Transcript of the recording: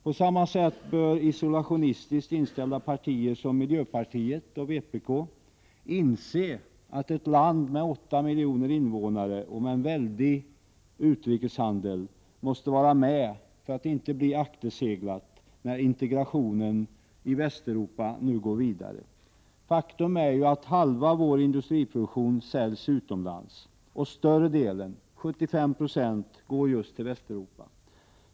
På samma sätt bör isolationistiskt inställda partier som miljöpartiet och vpk inse att ett land med 8 miljoner invånare och med en väldig utrikeshandel måste vara med — för att inte bli akterseglat — när integrationen i Västeuropa nu går vidare. Faktum är att halva vår produktion säljs utomlands, och större delen, 75 Ze, går just till Västeuropa.